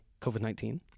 COVID-19